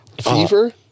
fever